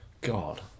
God